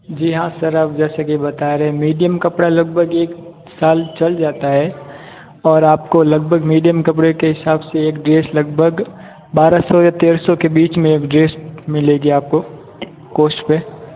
जी हाँ सर आप जैसे कि बता रहें मीडियम कपड़ा लगभग एक साल चल जाता है और आपको लगभग मीडियम कपडे़ के हिसाब से एक ड्रेस लगभग बारह सौ या तेरह सौ के बीच में ड्रेस मिलेगी आपको कोस्ट पे